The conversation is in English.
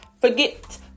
forget